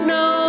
no